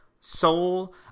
soul